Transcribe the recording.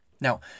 Now